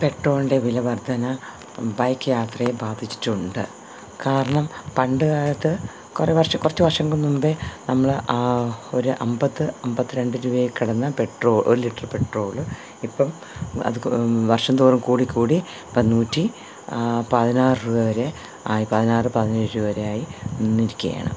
പെട്രോളിൻറെ വില വർദ്ധന ബൈക്ക് യാത്രയെ ബാധിച്ചിട്ടുണ്ട് കാരണം പണ്ട് കാലത്ത് കുറേ വർഷം കുറച്ച് വർഷങ്ങൾക്കു മുന്പേ നമ്മൾ ഒരു അൻപത് അൻപത്തി രണ്ട് രൂപയിൽ കടന്നു പെട്രോൾ ഒരു ലിറ്റർ പെട്രോൾ ഇപ്പം അതു വർഷന്തോറും കൂടി കൂടി ഇപ്പം നൂറ്റി പതിനാറ് രൂപ വരെ ആയി പതിനാറ് പതിനേഴു വരെ ആയി വന്നിരിക്കുകയാണ്